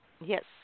Yes